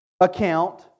account